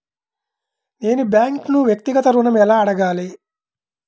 నేను బ్యాంక్ను వ్యక్తిగత ఋణం ఎలా అడగాలి?